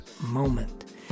moment